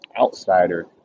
outsider